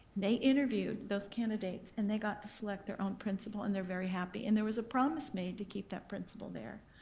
they interviewed those candidates and they got to select their own principal and they're very happy and there was a promise made to keep that principal there.